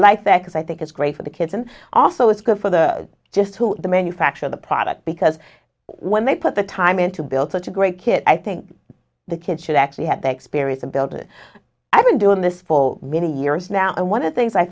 like that because i think it's great for the kids and also it's good for the just who the manufacturer the product because when they put the time in to build such a great kid i think the kids should actually had the experience and build it i've been doing this for many years now and one of the things i